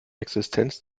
existenz